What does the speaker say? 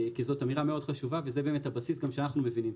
כי זאת אמירה מאוד חשובה וזה באמת הבסיס שאנחנו מבינים.